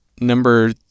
number